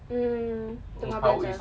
mm tengah belajar